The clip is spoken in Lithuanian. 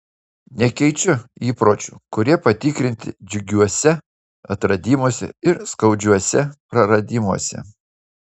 nekeičiu įpročių kurie patikrinti džiugiuose atradimuose ir skaudžiuose praradimuose